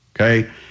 okay